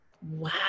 Wow